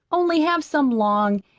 only have some long,